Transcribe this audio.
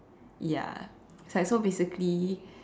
ya it's like so basically